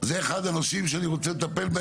זה אחד הנושאים שאני רוצה לטפל בו.